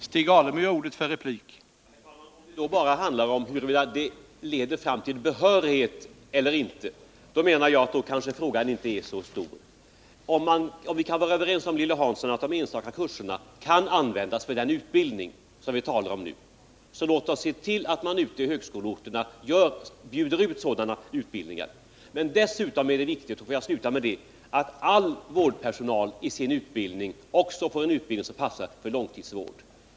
Herr talman! Om det då bara handlar om huruvida utbildningen leder fram till behörighet eller inte så är frågan kanske inte så stor. Om vi kan vara överens om, Lilly Hansson, att de enstaka kurserna kan användas för den utbildning som vi talar om nu, så låt oss se till att man ute i högskoleorterna bjuder ut sådana utbildningar. Jag vill sluta med att säga att det dessutom är viktigt att all vårdpersonal också får en utbildning som passar för långtidssjukvård.